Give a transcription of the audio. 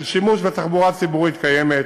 של שימוש בתחבורה הציבורית הקיימת,